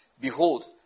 behold